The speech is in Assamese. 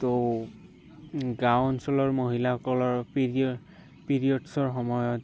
ত' গাঁও অঞ্চলৰ মহিলাসকলৰ পিৰিয়ড পিৰিয়ডচৰ সময়ত